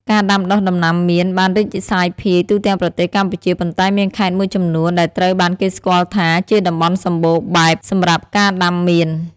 ការដាំដុះដំណាំមៀនបានរីកសាយភាយទូទាំងប្រទេសកម្ពុជា ប៉ុន្តែមានខេត្តមួយចំនួនដែលត្រូវបានគេស្គាល់ថាជាតំបន់សម្បូរបែបសម្រាប់ការដាំមៀន។